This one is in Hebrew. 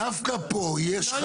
נותנים לך להיות עצמאי.